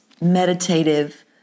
meditative